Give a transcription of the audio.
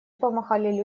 помахали